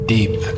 Deep